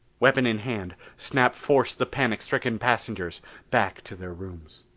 weapon in hand, snap forced the panic-stricken passengers back to their rooms.